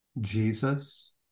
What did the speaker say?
Jesus